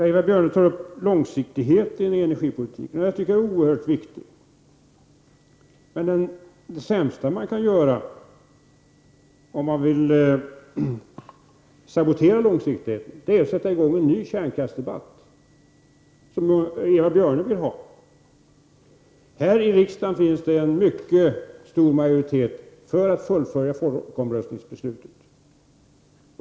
Eva Björne tog upp långsiktigheten i energipolitiken. Den tycker jag är oerhört viktig. Det bästa man kan göra, om man vill sabotera långsiktigheten, är att sätta i gång en ny kärnkraftsdebatt, som Eva Björne vill ha. Här i riksdagen finns en mycket stor majoritet för fullföljande av folkomröstningsbeslutet.